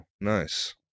nice